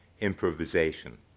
improvisation